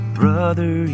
brother